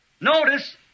Notice